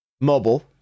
Mobile